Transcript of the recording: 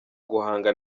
guhanga